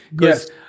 Yes